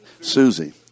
Susie